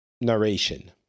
narration